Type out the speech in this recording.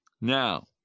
Now